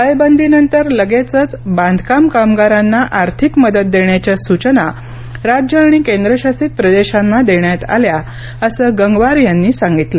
टाळेबंदीनंतर लगेचच बांधकाम कामगारांना आर्थिक मदत देण्याच्या सुचना राज्यं आणि केंद्रशासित प्रदेशांना देण्यात आल्या असं गंगवार यांनी सांगितलं